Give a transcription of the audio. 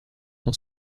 son